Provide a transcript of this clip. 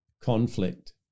conflict